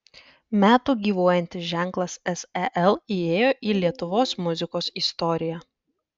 metų gyvuojantis ženklas sel įėjo į lietuvos muzikos istoriją